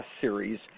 series